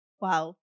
Wow